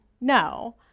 no